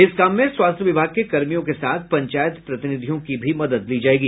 इस काम में स्वास्थ्य विभाग के कर्मियों के साथ पंचायत प्रतिनिधियों की भी मदद ली जायेगी